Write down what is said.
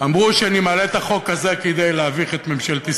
אמרו שאני מעלה את החוק הזה כדי להביך את ממשלת ישראל.